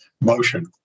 motion